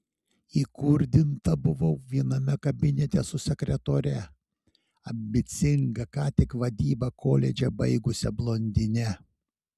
įkurdinta buvau viename kabinete su sekretore ambicinga ką tik vadybą koledže baigusia blondine